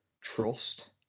trust